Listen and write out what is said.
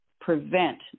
prevent